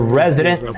resident